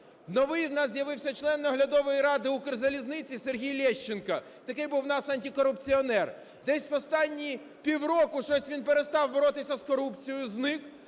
Новий у нас з'явився член наглядової ради "Укрзалізниці" - Сергій Лещенко, такий був у нас антикорупціонер, десь останні півроку щось він перестав боротися з корупцією, зник,